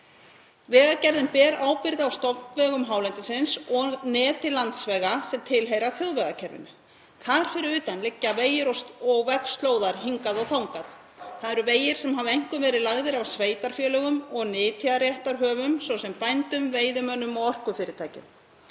Vegagerðin ber ábyrgð á stofnvegum hálendisins og neti landsvega sem tilheyra þjóðvegakerfinu. Þar fyrir utan liggja vegir og vegslóðar hingað og þangað, þ.e. vegir sem hafa einkum verið lagðir af sveitarfélögum og nytjaréttarhöfum, svo sem bændum, veiðimönnum og orkufyrirtækjum.